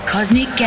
Cosmic